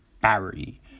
Barry